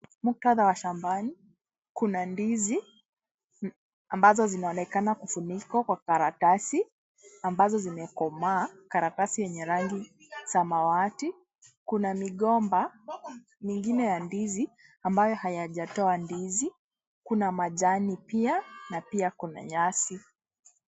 Muktadha wa shambani, kuna ndizi, ambazo zinaonekana kufunikwa kwa karatasi, ambazo zimekomaa, karatasi yenye rangi samawati. Kuna migomba mingine ya ndizi ambayo hayajatoa ndizi, kuna majani pia na pia kuna nyasi.